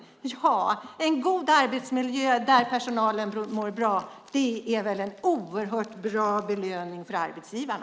Ja, en god arbetsmiljö där personalen mår bra är väl en oerhört bra belöning för arbetsgivarna.